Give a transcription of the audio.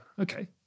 Okay